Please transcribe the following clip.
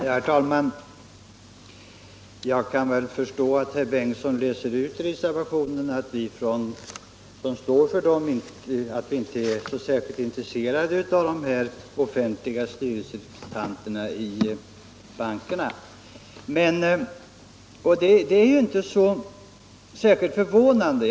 Herr talman! Jag kan förstå att herr Bengtsson i Landskrona läser ut ur reservationerna att vi som står för dem inte är så förfärligt intresserade av offentliga representanter i bankernas styrelser. Det är ju inte särskilt förvånande.